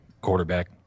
quarterback